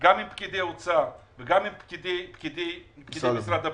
גם עם פקידי האוצר וגם עם פקידי משרד הפנים.